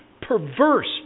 perverse